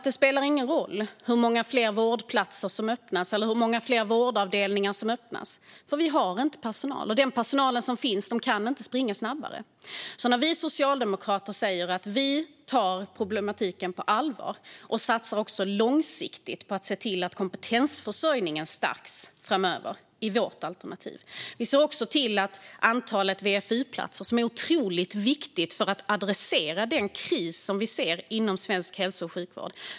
Det spelar ingen roll hur många fler vårdplatser eller vårdavdelningar som öppnas, för vi har inte personal. Den personal som finns kan inte springa snabbare." Vi socialdemokrater tar problematiken på allvar och satsar i vårt alternativ långsiktigt på att se till att kompetensförsörjningen stärks framöver. Vi ser också till att öka antalet VFU-platser, vilket är otroligt viktigt för att adressera den kris som råder inom svensk hälso och sjukvård.